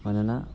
मानोना